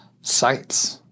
sites